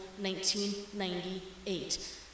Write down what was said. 1998